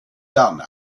done